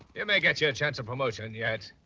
yeah may get your chance at promotion yet.